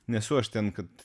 nesu aš ten kad